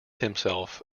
himself